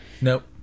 Nope